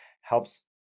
helps